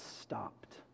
stopped